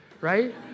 right